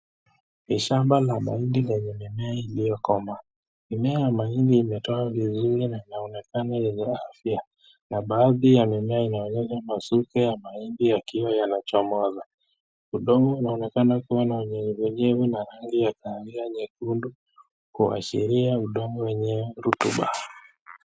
Ni shamba la mahindi lenye mimea iliyokomaa, mimea ya mahindi imetoa vinyuzi na inaonekana yenye afya na baadhi ya mimea inaonyesha masuko ya mahindi yakiwa yanachomoza. udongo unaonekana kuwa na unyevu unyevu na rangi ya kahawia nyekundu kuashiria udongo wenye rotuba.